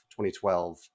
2012